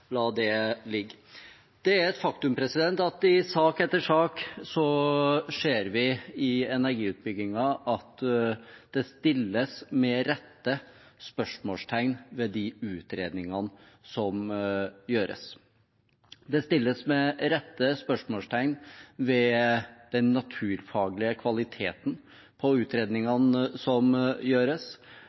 la det ligge. Det er et faktum at i sak etter sak ser vi, når det gjelder energiutbyggingen, at det med rette stilles spørsmål ved de utredningene som gjøres. Det stilles med rette spørsmål ved den naturfaglige kvaliteten på utredningene som gjøres,